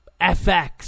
FX